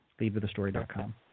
leadwithastory.com